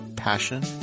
passion